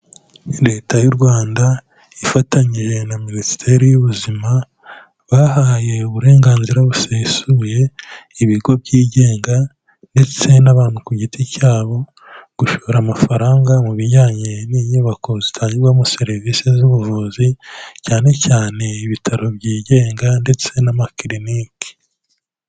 Leta y'u rwanda ifatanyije na minisiteri y'ubuzima, bahaye uburenganzira busesuye ibigo byigenga ndetse n'abantu ku giti cyabo gushora amafaranga mu bijyanye n'inyubako zitangirwamo serivisi z'ubuvuzi cyane cyane ibitaro byigenga ndetse na ma kiriniki.